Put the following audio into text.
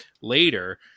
Later